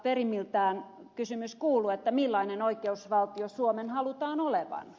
perimmiltään kysymys kuuluu millainen oikeusvaltio suomen halutaan olevan